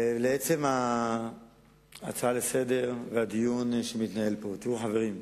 לעצם ההצעה לסדר-היום והדיון שמתנהל פה, חברים,